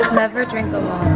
never drink alone